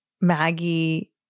Maggie